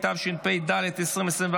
התשפ"ד 2024,